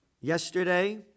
yesterday